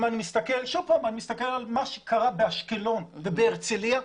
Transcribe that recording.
אם אני מסתכל על מה שקרה באשקלון ובהרצליה.